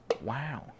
Wow